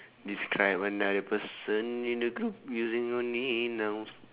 describe other person in the group using only nouns